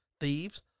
thieves